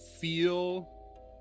feel